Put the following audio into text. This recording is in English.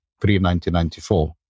pre-1994